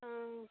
हाँ